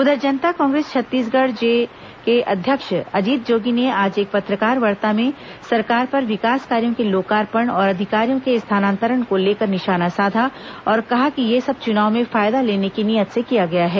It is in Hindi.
उधर जनता कांग्रेस छत्तीसगढ़ जे के अध्यक्ष अजीत जोगी ने आज एक पत्रकारवार्ता में सरकार पर विकास कार्यों के लोकार्पण और अधिकारियों के स्थानांतरण को लेकर निशाना साधा और कहा कि यह सब चुनाव में फायदा लेने की नीयत से किया गया है